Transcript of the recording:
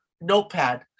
notepad